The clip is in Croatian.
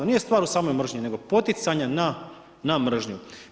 Nije stvar u samoj mržnji nego poticanje na mržnju.